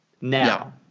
Now